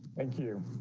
thank you.